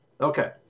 Okay